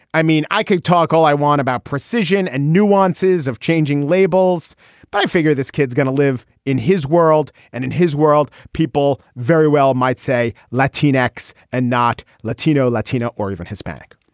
i mean i can talk all i want about precision and nuances of changing labels but i figure this kid's going to live in his world and in his world people very well might say latina x and not latino latina or even hispanic.